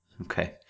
Okay